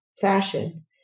fashion